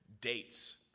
Dates